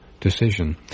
decision